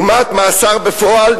"דוגמת מאסר בפועל,